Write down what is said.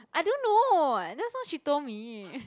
I don't know that's what she told me